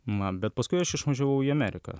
ma bet paskui aš išvažiavau į ameriką